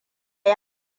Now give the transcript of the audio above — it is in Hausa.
yi